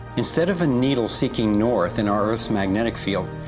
instead of a needle seeking north in our earth's magnetic field,